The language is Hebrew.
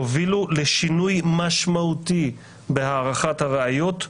הובילו לשינוי משמעותי בהערכת הראיות,